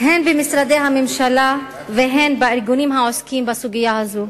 הן במשרדי הממשלה והן בארגונים העוסקים בסוגיה הזאת.